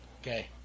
Okay